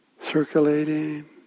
circulating